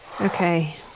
Okay